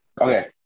Okay